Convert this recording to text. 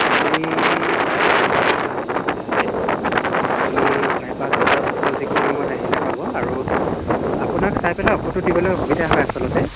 আপুনি চাৰে পাঁচ বজাত আহিলেও হ'ব মোৰ ইয়াতে আপুনি চাৰে পাঁচ বজাৰ পিছত যিকোনো সময়ত আহিলেই পাব আৰু আপোনাক চাই পেলাই ঔষধটো দিবলৈ সুবিধা হয় আচলতে